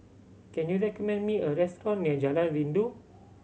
can you recommend me a restaurant near Jalan Rindu